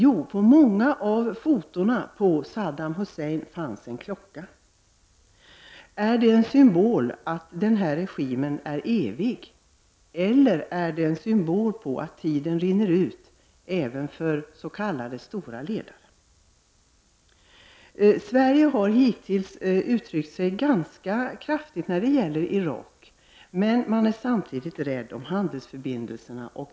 På många av fotona av Saddam Hussein fanns en klocka. Är det en symbol för att den här regimen är evig eller är det en symbol för att tiden rinner ut även för s.k. stora ledare? Vi har hittills uttryckt oss ganska kraftigt när det gäller Irak. Samtidigt är vi dock rädda om handelsförbindelserna.